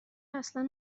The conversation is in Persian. اصلا